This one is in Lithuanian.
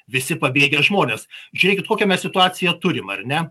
visi pabėgę žmonės žiūrėkit kokią mes situaciją turim ar ne